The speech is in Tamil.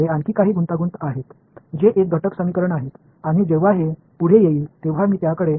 இந்த அமைப்புச் சமன்பாடுகளில் மேலும் சிக்கல்கள் உள்ளன நாம் அதற்கு வரும்போது அவற்றைச் சுட்டிக்காட்டுவேன்